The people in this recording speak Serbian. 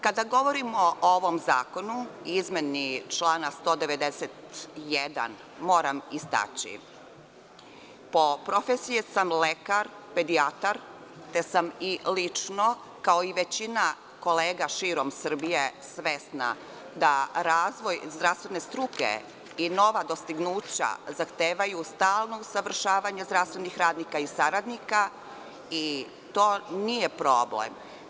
Kada govorimo o ovom zakonu, izmeni člana 191, moram istaći, po profesiji sam lekar pedijatar, te sam i lično, kao i većina kolega širom Srbije, svesna da razvoj zdravstvene struke i nova dostignuća zahtevaju stalno usavršavanje zdravstvenih radnika i saradnika i to nije problem.